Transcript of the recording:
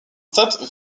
stade